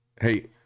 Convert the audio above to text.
hey